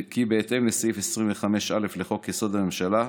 כי בהתאם לסעיף 25(א) לחוק-יסוד: הממשלה,